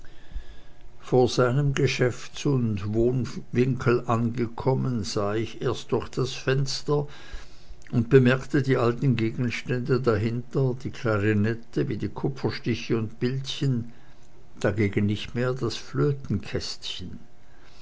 vor seinem geschäfts und wohnwinkel angekommen sah ich erst durch das fenster und bemerkte die alten gegenstände dahinter die klarinette wie die kupferstiche und bildchen dagegen nicht mehr das